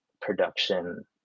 production